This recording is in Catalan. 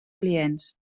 clients